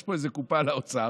יש פה איזו קופה לאוצר,